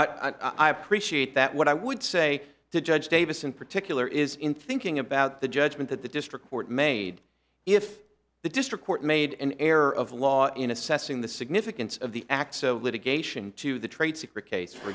i appreciate that what i would say to judge davis in particular is in thinking about the judgment that the district court made if the district court made an error of law in assessing the significance of the acts of litigation to the trade secret case for